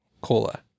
cola